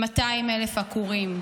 200,000 עקורים.